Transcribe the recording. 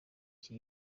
iki